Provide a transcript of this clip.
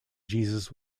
jesus